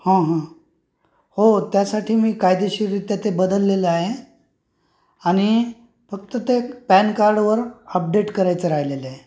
हं हं हो त्यासाठी मी कायदेशीरित्या ते बदललेलं आहे आणि फक्त ते पॅन कार्डवर अपडेट करायचं राहिलेलं आहे